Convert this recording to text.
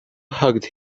hugged